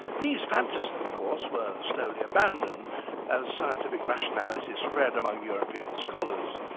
these fantasies of course were slowly abandoned as scientific rationality spread among european scholars.